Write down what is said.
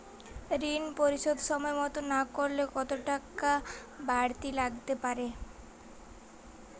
ঋন পরিশোধ সময় মতো না করলে কতো টাকা বারতি লাগতে পারে?